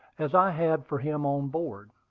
as i had for him on board.